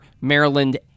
Maryland